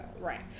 Right